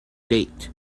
date